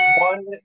one